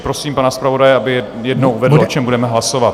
Prosím pana zpravodaje, aby ještě jednou uvedl, o čem budeme hlasovat.